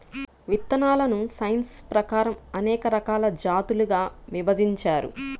విత్తనాలను సైన్స్ ప్రకారం అనేక రకాల జాతులుగా విభజించారు